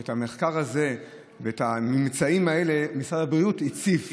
שאת המחקר הזה ואת הממצאים האלה משרד הבריאות הציף.